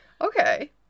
Okay